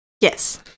Yes